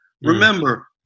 Remember